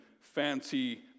fancy